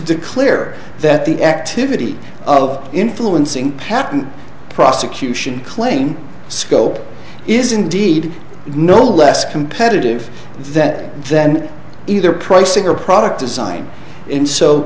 declare that the activity of influencing patent prosecution claim scope is indeed no less competitive that then either pricing or product design in so